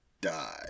die